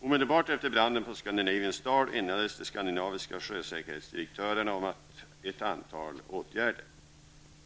Omedelbart efter branden på Scandinavian Star enades de skandinaviska sjösäkerhetsdirektörerna om ett antal åtgärder.